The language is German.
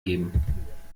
geben